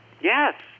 Yes